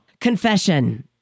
confession